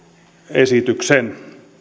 esityksen